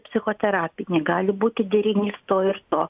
psichoterapinė gali būti derinys to ir to